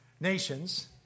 nations